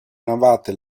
navate